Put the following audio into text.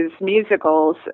musicals